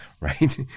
right